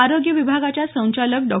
आरोग्य विभागाच्या संचालक डॉ